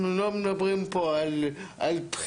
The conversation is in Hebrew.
אנחנו לא מדברים פה על בחירה,